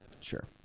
Sure